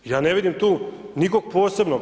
Ja ne vidim tu nikog posebnog.